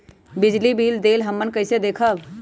बिजली बिल देल हमन कईसे देखब?